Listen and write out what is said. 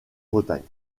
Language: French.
bretagne